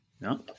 No